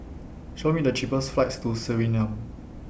Show Me The cheapest flights to Suriname